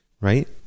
right